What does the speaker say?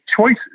choices